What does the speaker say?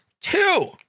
two